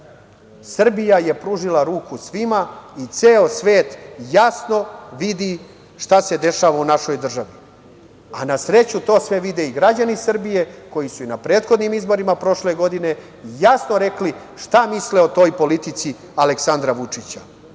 Srbija je pružila ruku svima i ceo svet jasno vidi šta se dešava u našoj državi. Na sreću to sve vide i građani Srbije koji su i na prethodnim izborima prošle godine jasno rekli šta misle o toj politici Aleksandra Vučića,